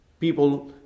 People